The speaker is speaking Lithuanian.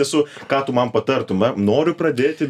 esu ką tu man patartum na noriu pradėti